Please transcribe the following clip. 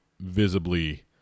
visibly